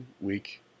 week